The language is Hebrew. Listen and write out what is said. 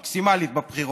מקסימלית, בבחירות.